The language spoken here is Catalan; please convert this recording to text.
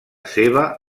seva